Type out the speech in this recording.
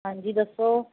ਹਾਂਜੀ ਦੱਸੋ